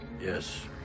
Yes